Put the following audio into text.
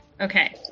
Okay